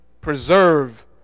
preserve